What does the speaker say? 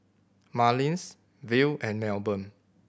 Marlys Verl and Melbourne